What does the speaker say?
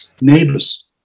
neighbors